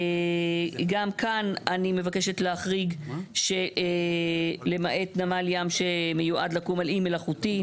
גם כאן אני מבקשת להחריג שלמעט נמל ים שמיועד לקום על אי מלאכותי,